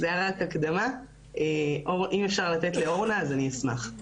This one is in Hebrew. בהערת הקדמה, אם אפשר לתת לאורנה, אני אשמח.